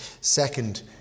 second